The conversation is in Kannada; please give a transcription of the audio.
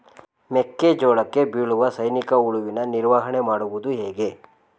ಮೆಕ್ಕೆ ಜೋಳಕ್ಕೆ ಬೀಳುವ ಸೈನಿಕ ಹುಳುವಿನ ನಿರ್ವಹಣೆ ಮಾಡುವುದು ಹೇಗೆ?